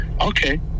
okay